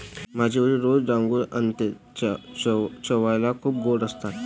माझे वडील रोज डांगरू आणतात ते चवीला खूप गोड असतात